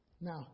Now